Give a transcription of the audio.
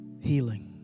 Healing